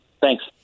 Thanks